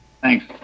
thanks